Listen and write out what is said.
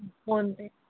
PhonePe